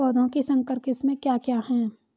पौधों की संकर किस्में क्या क्या हैं?